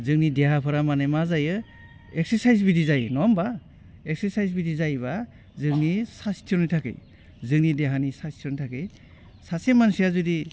जोंनि देहाफोरा माने मा जायो एक्सारसाइस बायदि जायो नङा होमबा एक्सारसाइस बायदि जायोबा जोंनि साइस्थ'नि थाखाय जोंनि देहानि साइस्थ'नि थाखै सासे मानसिया जेरै